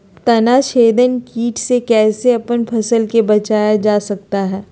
तनाछेदक किट से कैसे अपन फसल के बचाया जा सकता हैं?